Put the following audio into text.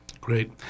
Great